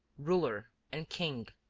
ruler, and king.